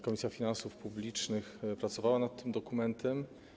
Komisja Finansów Publicznych pracowała nad tym dokumentem.